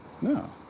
No